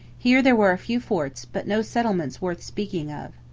here there were a few forts, but no settlements worth speaking of.